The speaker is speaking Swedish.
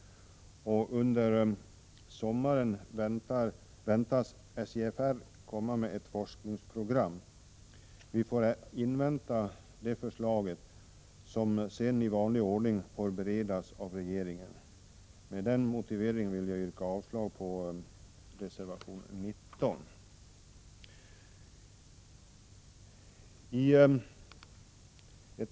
Under sommaren väntas SJFR komma med ett forskningsprogram. Vi får invänta deras förslag, som sedan i vanlig ordning får beredas av regeringen. Med den motiveringen vill jag yrka avslag på reservation 19.